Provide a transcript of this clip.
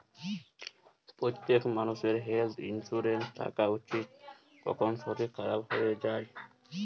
প্যত্তেক মালুষের health insurance থ্যাকা উচিত, কখল শরীর খারাপ হয়ে যায়